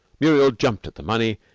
muriel jumped at the money,